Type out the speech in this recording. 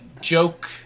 joke